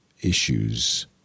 issues